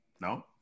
no